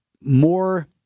more